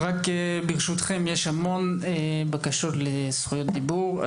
ברשותכם, יש המון בקשות לזכויות דיבור.